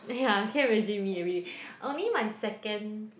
yeah can you imagine me everyday only my second